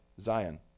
Zion